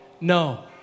No